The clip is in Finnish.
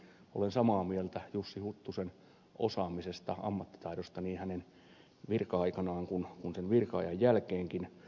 olen samaa mieltä jussi huttusen osaamisesta ammattitaidosta niin hänen virka aikanaan kuin sen virka ajan jälkeenkin